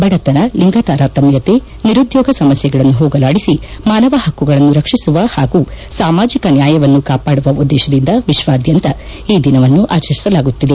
ಬಡತನ ಲಿಂಗ ತಾರತಮ್ನತೆ ನಿರುದ್ಲೋಗ ಸಮಸ್ನೆಗಳನ್ನು ಹೋಗಲಾಡಿಸಿ ಮಾನವ ಪಕ್ಷುಗಳನ್ನು ರಕ್ಷಿಸುವ ಹಾಗೂ ಸಾಮಾಜಿಕ ನ್ಯಾಯವನ್ನು ಕಾಪಾಡುವ ಉದ್ದೇಶದಿಂದ ವಿಶ್ವಾದ್ಯಂತ ಈ ದಿನವನ್ನು ಆಚರಿಸಲಾಗುತ್ತಿದೆ